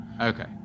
okay